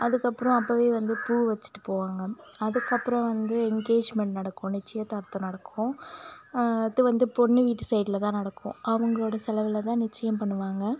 அதுக்கப்புறம் அப்பவே வந்து பூ வச்சுட்டு போவாங்க அதுக்கப்புறம் வந்து எங்கேஜ்மெண்ட் நடக்கும் நிச்சியதார்த்தம் நடக்கும் அது வந்து பொண்ணு வீட்டு சைடில் தான் நடக்கும் அவர்களோட செலவில் தான் நிச்சியம் பண்ணுவாங்க